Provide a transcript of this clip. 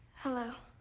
hello.